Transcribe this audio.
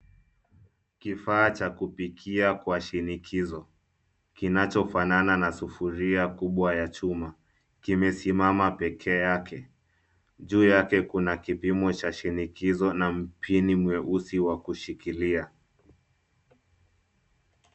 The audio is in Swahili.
Kifaa cha kupikia kwa shinikizo ,kinachofanana na sufuria kubwa ya chuma ,kimesimama peke yake. Juu yake kuna kipimo cha shinikizo na mpini mweusi wa kushikilia.